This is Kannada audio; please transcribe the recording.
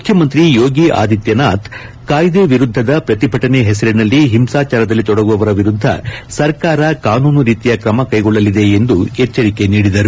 ಮುಖ್ಯಮಂತ್ರಿ ಯೋಗಿ ಆದಿತ್ಲನಾಥ್ ಕಾಯ್ಲೆ ವಿರುದ್ದದ ಪ್ರತಿಭಟನೆ ಹೆಸರಿನಲ್ಲಿ ಹಿಂಸಾಚಾರದಲ್ಲಿ ತೊಡಗುವವರ ವಿರುದ್ದ ಸರ್ಕಾರ ಕಾನೂನು ರೀತಿಯ ಕ್ರಮ ಕ್ಷೆಗೊಳ್ಳಲಿದೆ ಎಂದು ಎಚ್ಚರಿಕೆ ನೀಡಿದರು